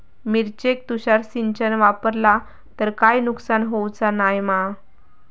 मिरचेक तुषार सिंचन वापरला तर काय नुकसान होऊचा नाय मा?